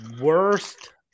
worst